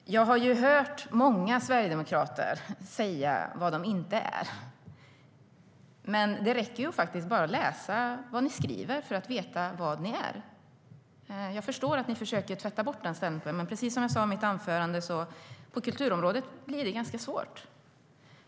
Fru talman! Jag har hört många sverigedemokrater säga vad de inte är. Men det räcker faktiskt att läsa vad ni skriver för att veta vad ni är. Jag förstår att ni försöker tvätta bort den stämpeln. Men, precis som jag sa i mitt anförande, blir det ganska svårt på kulturområdet.